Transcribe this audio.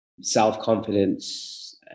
self-confidence